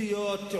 לא רק עדויות.